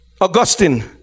Augustine